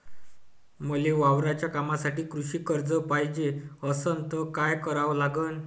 मले वावराच्या कामासाठी कृषी कर्ज पायजे असनं त काय कराव लागन?